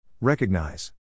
Recognize